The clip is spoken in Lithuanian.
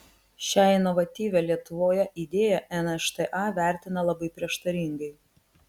šią inovatyvią lietuvoje idėją nšta vertina labai prieštaringai